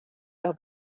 los